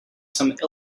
some